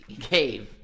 Cave